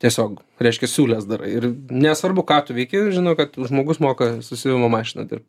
tiesiog reiškia siūlęs darai ir nesvarbu ką tu veiki žino kad žmogus moka su siuvimo mašina dirbt